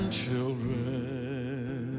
children